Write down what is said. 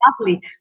lovely